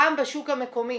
גם בשוק המקומי,